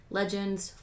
legends